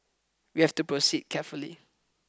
we have to proceed carefully